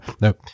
No